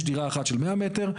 יש דירה אחת של 100 מ"ר,